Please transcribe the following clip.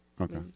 Okay